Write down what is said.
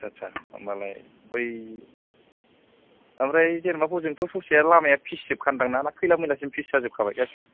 आच्छा आच्छा होनबालाय बै ओमफ्राइ जेनबा हजोंथ' ससेया लामाया फिस जोबखा ना दां ना ना खैला मैलासिम फिस जाजोब खाबाय गासिबो